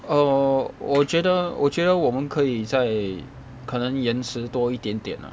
oh 我觉得我觉得我们可以在可能延迟多一点点 lah